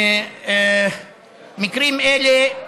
במקרים אלה,